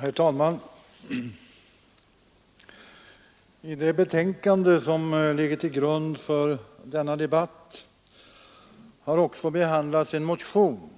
Herr talman! För ungefär ett år sedan, den 5 december 1972, har också behandlats en motion,